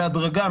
בהדרגה,